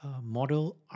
Model